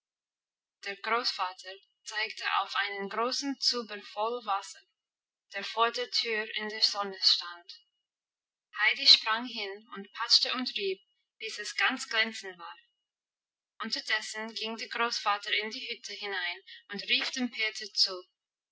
der großvater zeigte auf einen großen zuber voll wasser der vor der tür in der sonne stand heidi sprang hin und patschte und rieb bis es ganz glänzend war unterdessen ging der großvater in die hütte hinein und rief dem peter zu